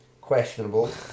questionable